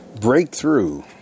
Breakthrough